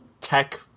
tech